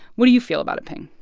what do you feel about it, pien?